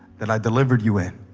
that i delivered you in